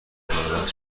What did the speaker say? دارد